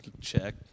check